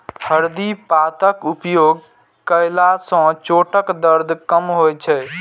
हरदि पातक उपयोग कयला सं चोटक दर्द कम होइ छै